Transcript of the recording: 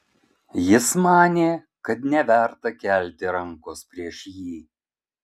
jis manė kad neverta kelti rankos prieš jį